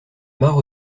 mare